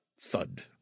thud